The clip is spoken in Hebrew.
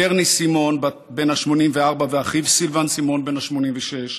ברניס סיימון בת ה-84 וסילבן סיימון בן ה-86,